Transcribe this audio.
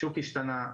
השוק השתנה,